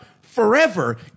forever